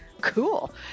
cool